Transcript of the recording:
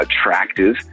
attractive